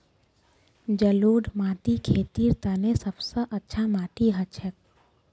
जलौढ़ माटी खेतीर तने सब स अच्छा माटी हछेक